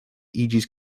iĝis